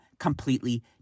completely